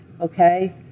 okay